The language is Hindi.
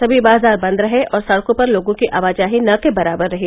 समी बाजार बन्द रहे और सड़कों पर लोगों की आवाजाही न के बराबर रही